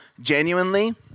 genuinely